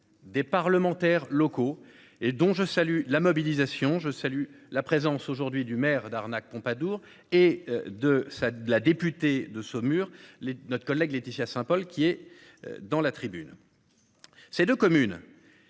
des parlementaires locaux et dont je salue la mobilisation. Je salue la présence aujourd'hui du maire d'arnaque Pompadour et de sa de la députée de Saumur les notre collègue Laetitia Saint-Paul qui est dans la tribune. Ces 2 communes.